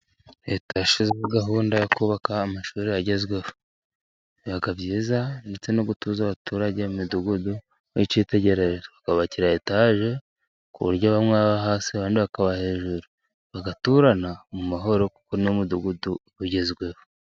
Leta yashyizeho gahunda yo kubaka amashuri agezweho. biba byiza ndetse no gutuza abaturage mu midugudu, bakabubakira etaje ku buryo bamwe baba hasi, abandi bakaba hejuru. Bagaturana mu mahoro kuko ni wo mudugudu uba ugezweho.